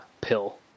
pill